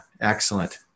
Excellent